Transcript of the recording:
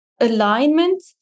alignment